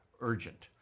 Urgent